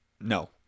No